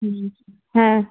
হুম হ্যাঁ